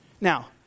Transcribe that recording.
Now